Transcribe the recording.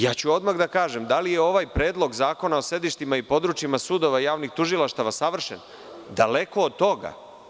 Ja ću odmah da kažem, da li je ovaj Predlog zakona o sedištima i područjima sudova i javnih tužilaštava savršen – daleko od toga.